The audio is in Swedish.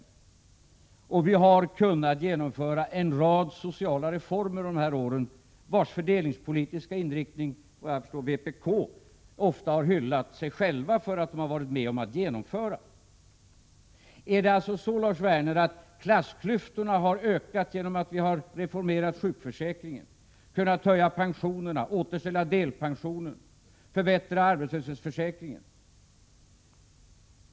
Vi har under de här åren kunnat genomföra en rad sociala reformer, vars fördelningspolitiska inriktning — såvitt jag förstår — vpk ofta har hyllat sig självt för att ha varit med om att genomföra. Har klassklyftorna ökat, Lars Werner, genom att vi har reformerat sjukförsäkringen, kunnat höja pensionerna, återställa delpensionen och förbättra arbetslöshetsförsäkringen?